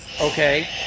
okay